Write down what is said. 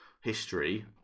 history